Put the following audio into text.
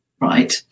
right